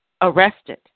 Arrested